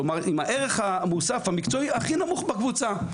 כלומר עם הערך המוסף המקצועי הכי נמוך בקבוצה,